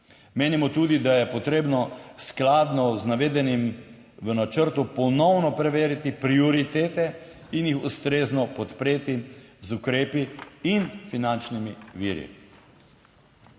Menimo tudi, da je potrebno skladno z navedenim v načrtu ponovno preveriti prioritete in jih ustrezno podpreti z ukrepi in finančnimi viri.